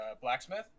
blacksmith